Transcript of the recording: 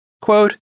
quote